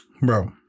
Bro